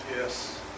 Yes